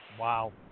Wow